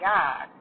God